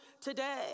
today